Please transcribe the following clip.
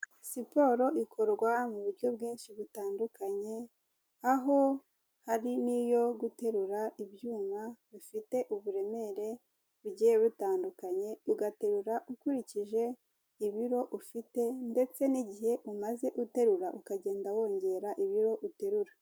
Siporo ikorwa mu buryo bwinshi butandukanye, aho hari n'iyo guterura ibyuma bifite uburemere bugiye bitandukanye, ugaterura ukurikije ibiro ufite ndetse n'igihe umaze uterura ukagenda wongera ibiro uterura.